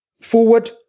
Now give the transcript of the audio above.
forward